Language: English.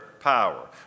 power